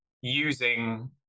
using